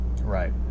right